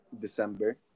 December